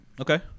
Okay